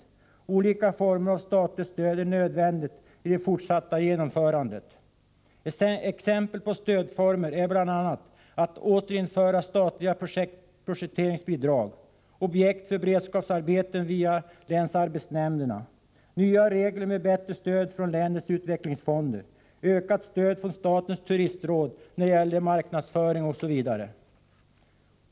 Statligt stöd i olika former är nödvändigt i det fortsatta genomförandet. Exempel på stödformer är att återinföra statliga projekteringsbidrag, objekt för beredskapsarbeten via länsarbetsnämnderna, nya regler med bättre stöd från länens utvecklingsfonder, ökat stöd från statens turistråd när det gäller marknadsföring, osv.